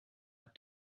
habe